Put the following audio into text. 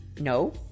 no